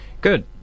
Good